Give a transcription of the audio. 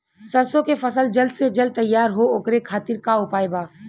सरसो के फसल जल्द से जल्द तैयार हो ओकरे खातीर का उपाय बा?